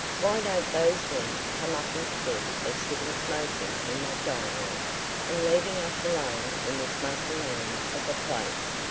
why don't those men come up instead of sitting smoking in that dining-room and leaving us alone in this mausoleum of a place?